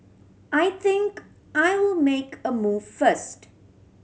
I think I'll make a move first